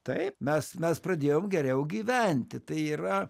taip mes mes pradėjom geriau gyventi tai yra